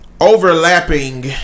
overlapping